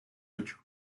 ocho